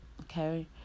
okay